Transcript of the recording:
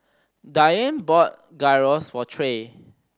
Diane bought Gyros for Trae